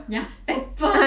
ya pepper